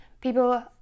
People